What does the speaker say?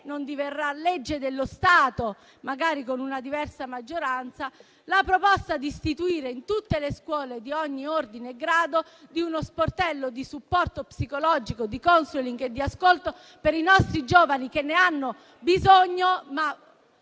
non diverrà legge dello Stato, magari con una diversa maggioranza - la proposta di istituire in tutte le scuole di ogni ordine e grado uno sportello di supporto psicologico, *counseling* e ascolto per i nostri giovani che ne hanno bisogno.